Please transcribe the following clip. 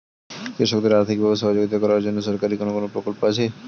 কৃষকদের আর্থিকভাবে সহযোগিতা করার জন্য সরকারি কোন কোন প্রকল্প আছে?